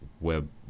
web